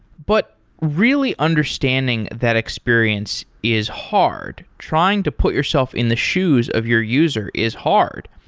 but really understanding that experience is hard. trying to put yourself in the shoes of your user is hard.